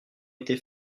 été